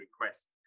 requests